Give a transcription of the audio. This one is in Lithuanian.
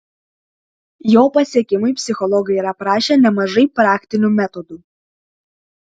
jo pasiekimui psichologai yra aprašę nemažai praktinių metodų